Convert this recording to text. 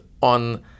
on